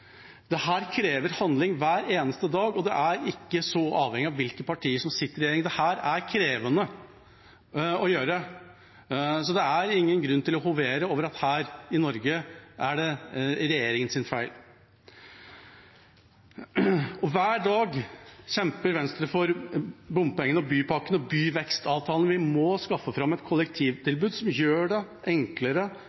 krever handling hver eneste dag, og det er ikke så avhengig av hvilket parti som sitter i regjering. Dette er krevende. Så det er ingen grunn til å hovere over at her i Norge er det regjeringens feil. Hver dag kjemper Venstre for bompengene og bypakkene og byvekstavtalene. Vi må skaffe fram et